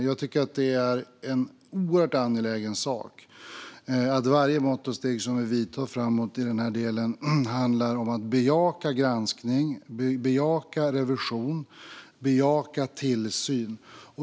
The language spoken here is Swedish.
Jag tycker att det är en oerhört angelägen sak att varje mått och steg som vi vidtar framåt i denna del handlar om att bejaka granskning, bejaka revision och bejaka tillsyn.